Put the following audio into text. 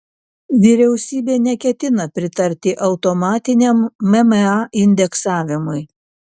vyriausybė neketina pritarti automatiniam mma indeksavimui